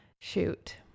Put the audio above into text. shoot